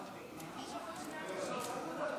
אדוני,